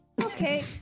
Okay